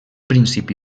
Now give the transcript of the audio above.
principi